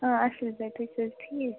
آ اَصٕل پٲٹھۍ تُہۍ چھُو حظ ٹھیٖک